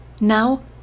Now